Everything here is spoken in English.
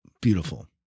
Beautiful